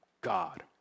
God